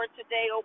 today